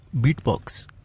beatbox